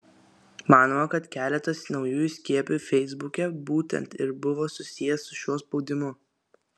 manoma kad keletas naujų įskiepių feisbuke būtent ir buvo susiję su šiuo spaudimu